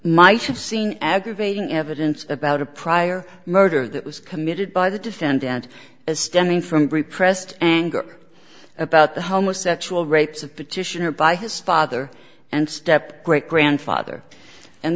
have seen aggravating evidence about a prior murder that was committed by the defendant as stemming from repressed anger about the homosexual rapes of petitioner by his father and step great grandfather and